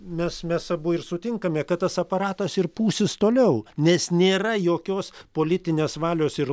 nes mes abu ir sutinkame kad tas aparatas ir pūsis toliau nes nėra jokios politinės valios ir